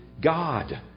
God